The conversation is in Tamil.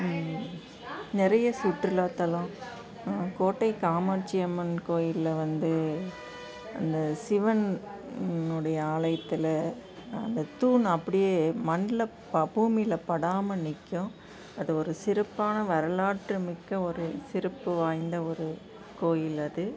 நிறையா சுற்றுலாத்தலம் கோட்டைக் காமாட்சி அம்மன் கோயிலில் வந்து அந்த சிவனுடைய ஆலயத்தில் அந்தத் தூண் அப்படியே மண்ணில் பூமியில் படாமல் நிற்கும் அது ஒரு சிறப்பான வரலாற்று மிக்க ஒரு சிறப்பு வாய்ந்த ஒரு கோயில் அது